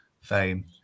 fame